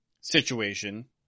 situation